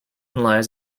lies